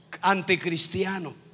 anticristiano